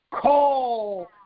Call